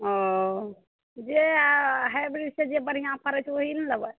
ओ जे हाइब्रिड से बढ़िआँ फड़ै छै ओएह ने लेबै